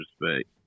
respect